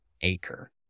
acre